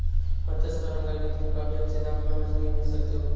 मत्स्य पालन करके तुम काफी अच्छे दाम में मछली बेच सकती हो